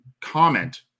comment